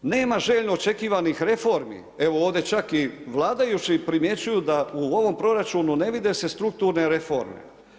Nema željno očekivanih reformi, evo ovdje čak i vladajući primjećuju da u ovom proračunu ne vide se strukturne reforme.